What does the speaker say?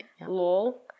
LOL